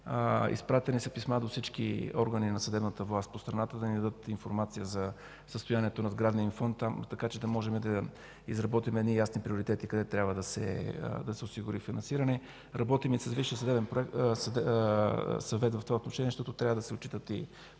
Изпратени са писма до всички органи на съдебната власт в страната да ни дадат информация за състоянието на сградния фонд там, така че да изработим ясни приоритети къде трябва да се осигури финансиране. Работим и с Висшия съдебен съвет в това отношение, защото трябва да се отчитат и